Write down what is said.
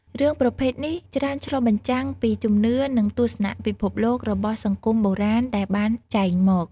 រឿងប្រភេទនេះច្រើនឆ្លុះបញ្ចាំងពីជំនឿ និងទស្សនៈពិភពលោករបស់សង្គមបុរាណដែលបានចែងមក ។